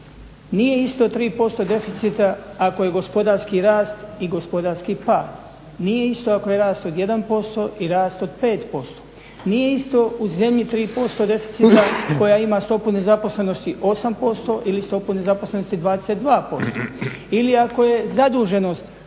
Nije isto 3% deficita ako je gospodarski rast i gospodarski pad, nije isto ako je rast od 1% i rast od 5%. Nije isto u zemlji 3% deficita koja ima stopu nezaposlenosti 8% ili stopu nezaposlenosti 22%.